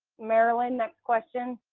marilyn, next question.